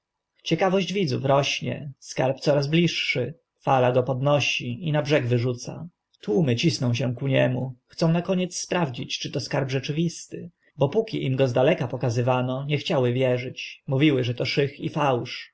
ciekawość widzów rośnie skarb coraz bliższy fala go podnosi i na brzeg wyrzuca tłumy cisną się ku niemu chcą na koniec sprawdzić czy to skarb rzeczywisty bo póki im go z daleka pokazywano nie chciały wierzyć mówiły że to szych i fałsz